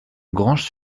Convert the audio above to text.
granges